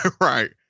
Right